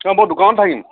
অঁ মই দোকানত থাকিম